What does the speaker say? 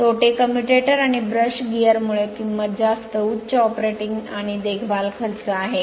तोटे कम्युएटर आणि brush gear मुळे किंमत जास्त उच्च ऑपरेटिंग आणि देखभाल खर्च आहे